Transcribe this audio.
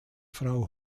frau